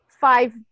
five